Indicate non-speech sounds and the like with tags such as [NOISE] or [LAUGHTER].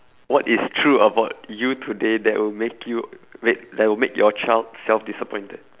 what is true about you today that will make you [NOISE] wait that will make your child self disappointed